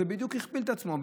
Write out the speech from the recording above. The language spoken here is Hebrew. זה בדיוק הכפיל את עצמו,